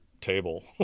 table